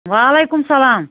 وعلیکُم السَلام